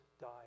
died